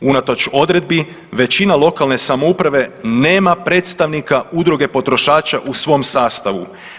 Unatoč odredbi većina lokalne samouprave nema predstavnika udruge potrošača u svom sastavu.